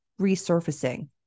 resurfacing